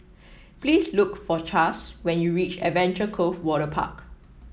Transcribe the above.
please look for Chas when you reach Adventure Cove Waterpark